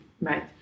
Right